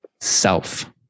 self